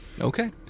Okay